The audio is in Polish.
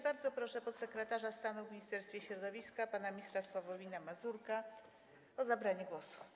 Bardzo proszę podsekretarza stanu w Ministerstwie Środowiska pana ministra Sławomira Mazurka o zabranie głosu.